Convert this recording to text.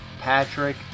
Patrick